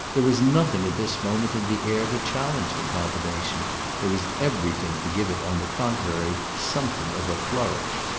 there was nothing at this moment in the air to challenge the combination there was everything to give it on the contrary something of a flourish.